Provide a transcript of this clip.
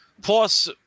Plus